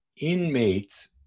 inmates